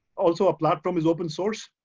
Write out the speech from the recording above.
also our platform is open source,